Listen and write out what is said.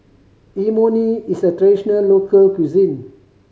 imoni is a traditional local cuisine